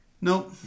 Nope